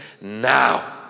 now